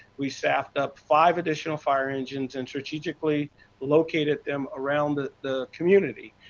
we staffed up five additional fire engines and strategically located them around the the community.